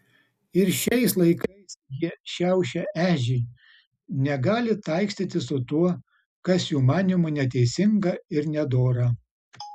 ir šiais laikais jie šiaušia ežį negali taikstytis su tuo kas jų manymu neteisinga ir nedora